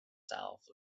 south